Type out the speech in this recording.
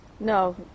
no